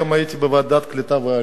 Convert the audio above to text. היום הייתי בישיבת ועדת העלייה